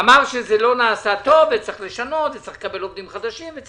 אמרת שזה לא נעשה טוב וצריך לעשות דברים חדשים ולקבל עובדים חדשים.